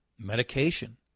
Medication